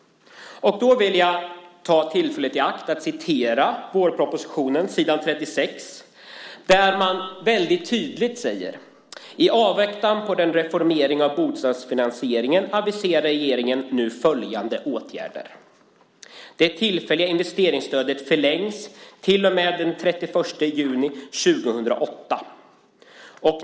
Då vill jag ta tillfället i akt att citera vårpropositionen, s. 36, där man väldigt tydligt säger: "I avvaktan på en reformering av bostadsfinansieringen aviserar regeringen nu följande åtgärder: De tillfälliga investeringsstöden förlängs till och med den 30 juni 2008."